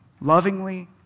lovingly